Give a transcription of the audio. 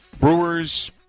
Brewers